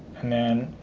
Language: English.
and then